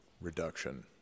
reduction